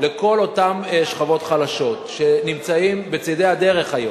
לכל אותן שכבות חלשות שנמצאות בצדי הדרך היום,